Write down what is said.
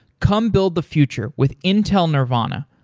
come build the future with intel nervana.